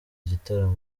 igitaramo